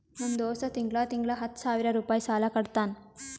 ನಮ್ ದೋಸ್ತ ತಿಂಗಳಾ ತಿಂಗಳಾ ಹತ್ತ ಸಾವಿರ್ ರುಪಾಯಿ ಸಾಲಾ ಕಟ್ಟತಾನ್